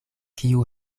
kiu